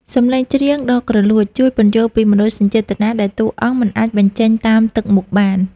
សំឡេងច្រៀងដ៏គ្រលួច ជួយពន្យល់ពីមនោសញ្ចេតនាដែលតួអង្គមិនអាចបញ្ចេញតាមទឹកមុខបាន។